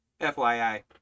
FYI